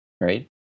right